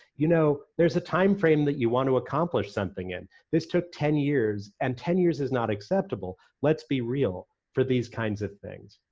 you know, there's a timeframe that you want to accomplish something in. this took ten years and ten years is not acceptable, let's be real, for these kinds of things.